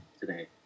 today